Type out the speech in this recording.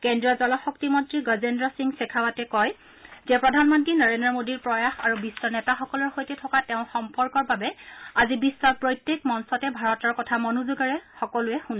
কেন্দ্ৰীয় জলশক্তি মন্ত্ৰী গজেন্দ্ৰ সিং শেখাৱতে কৈছে যে প্ৰধানমন্ত্ৰী নৰেদ্ৰ মোডীৰ প্ৰয়াস আৰু বিশ্বৰ নেতাসকলৰ সৈতে থকা তেওঁৰ সম্পৰ্কৰ বাবে আজি বিশ্বৰ প্ৰত্যেক মঞ্চতে ভাৰতৰ কথা মনোযোগেৰে শুনে